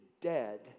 dead